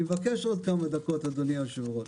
אני מבקש עוד כמה דקות, אדוני היושב-ראש.